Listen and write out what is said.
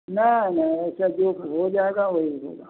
ना ना ऐसा जो हो जाएगा वही होगा